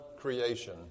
creation